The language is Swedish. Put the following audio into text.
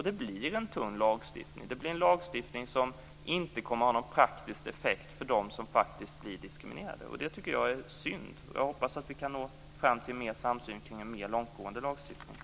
Detta blir en tunn lagstiftning, som inte kommer att ha någon praktisk effekt för dem som faktiskt blir diskriminerade. Jag tycker att det är synd, och jag hoppas att vi kan nå fram till mer av samsyn kring en mer långtgående lagstiftning.